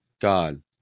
god